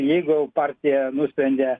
jeigu jau partija nusprendė